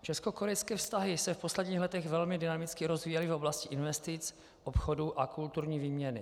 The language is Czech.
Českokorejské vztahy se v posledních letech velmi dynamicky rozvíjely v oblasti investic, obchodu a kulturní výměny.